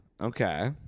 Okay